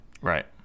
Right